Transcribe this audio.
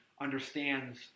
understands